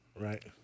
Right